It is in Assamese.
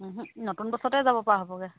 নতুন বছৰতে যাব পৰা হ'বগে